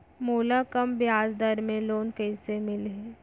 मोला कम ब्याजदर में लोन कइसे मिलही?